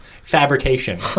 Fabrication